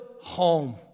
home